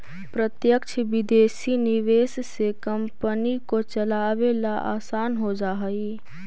प्रत्यक्ष विदेशी निवेश से कंपनी को चलावे ला आसान हो जा हई